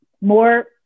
more